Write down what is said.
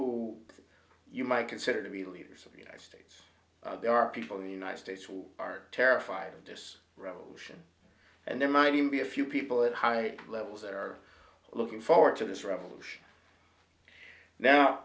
who you might consider to be leaders of the united states there are people in the united states who are terrified of this revolution and there might even be a few people at high levels that are looking forward to this revolution now